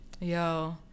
Yo